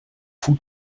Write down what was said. foot